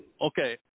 Okay